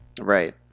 Right